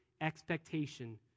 expectation